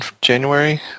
January